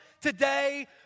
today